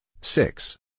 six